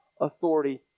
authority